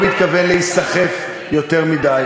מתכוון להיסחף יותר מדי,